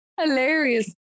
hilarious